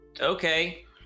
Okay